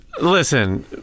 Listen